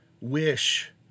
Wish